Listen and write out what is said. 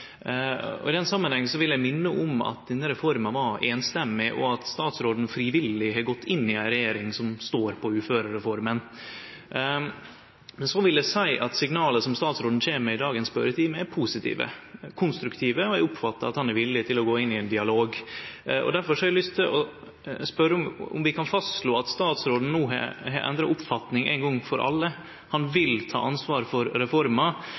I den samanhengen vil eg minne om at denne reforma var einstemmig, og at statsråden frivillig har gått inn i ei regjering som står på uførereforma. Men så vil eg seie at signala som statsråden kjem med i dagens spørjetime, er positive og konstruktive, og eg oppfattar at han er villig til å gå inn i ein dialog. Derfor har eg lyst til å spørje om vi kan slå fast at statsråden no har endra oppfatning éin gong for alle. Han vil ta ansvar for reforma,